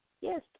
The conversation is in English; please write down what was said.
Yes